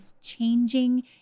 changing